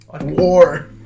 War